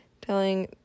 telling